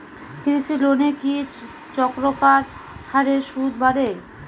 কৃষি লোনের কি চক্রাকার হারে সুদ বাড়ে?